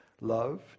love